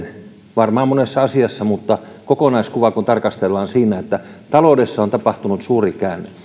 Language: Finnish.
varmaan monessa asiassa mutta kun kokonaiskuvaa tarkastellaan siinä että taloudessa on tapahtunut suuri